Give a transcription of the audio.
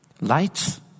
lights